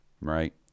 right